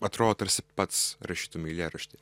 atro tarsi pats rašytume eilėraštį